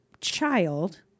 child